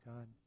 God